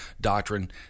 doctrine